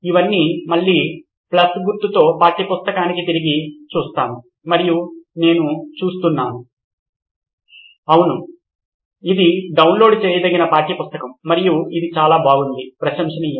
ఇవన్నీ మళ్ళీ ప్లస్ గుర్తుతో పాఠ్యపుస్తకానికి తిరిగి చూస్తాను మరియు నేను చూస్తున్నానుఅవును ఇది డౌన్లోడ్ చేయదగిన పాఠ్య పుస్తకం మరియు ఇది చాలా బాగుంది ప్రశంసనీయం